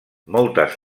moltes